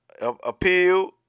appeal